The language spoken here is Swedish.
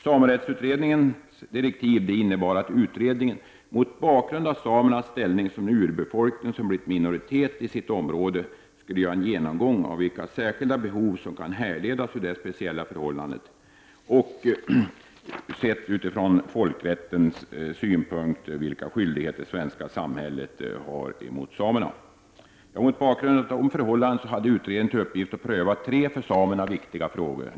Samerättsutredningens direktiv innebar att utredningen — mot bakgrund av samernas ställning som en urbefolkning som har blivit minoritet i sitt område — skulle göra en genomgång av vilka särskilda behov som kan härledas ur detta speciella förhållande. Utifrån folkrättens synpunkt får man även titta på vilka skyldigheter det svenska samhället har mot samerna. Mot bakgrund av dessa förhållanden hade utredningen till uppgift att pröva tre för samerna viktiga frågor.